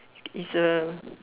is a